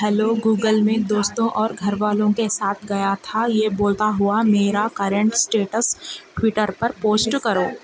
hello Google میں دوستوں اور گھر والوں کے ساتھ گیا تھا یہ بولتا ہوا میرا کرنٹ اسٹیٹس ٹویٹر پر پوسٹ کرو